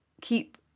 keep